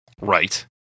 right